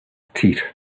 teeth